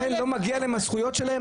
לכן לא מגיע להם הזכויות שלהם?